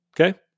Okay